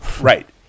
Right